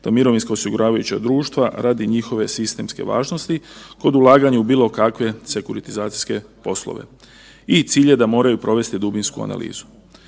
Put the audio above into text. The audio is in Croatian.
na mirovinska osiguravajuća društva radi njihove sistemske važnosti kod ulaganja u bilo kakve sekuritizacijske poslove i cilj je da moraju provesti dubinsku analizu.